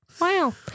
Wow